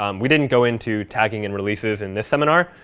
um we didn't go into tagging and releases in this seminar.